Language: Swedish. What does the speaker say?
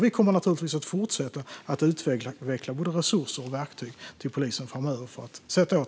Vi kommer naturligtvis att fortsätta att utveckla både resurser och verktyg till polisen framöver för att sätta åt .